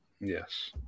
yes